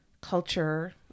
culture